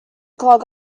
clog